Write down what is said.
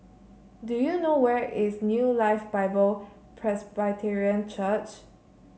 do you know where is New Life Bible Presbyterian Church